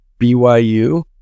byu